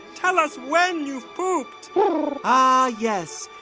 tell us when you've pooped ah, yes.